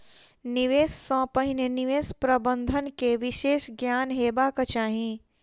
निवेश सॅ पहिने निवेश प्रबंधन के विशेष ज्ञान हेबाक चाही